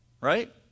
right